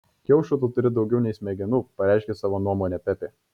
kiaušų tu turi daugiau nei smegenų pareiškė savo nuomonę pepė